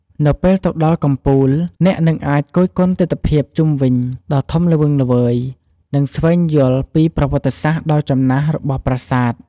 នៅពេលទៅដល់កំពូល អ្នកនឹងអាចគយគន់ទិដ្ឋភាពជុំវិញដ៏ធំល្វឹងល្វើយ និងស្វែងយល់ពីប្រវត្តិសាស្រ្តដ៏ចំណាស់របស់ប្រាសាទ។